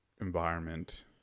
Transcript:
environment